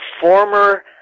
former